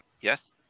Yes